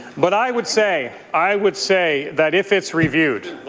but i would say i would say that if it's reviewed,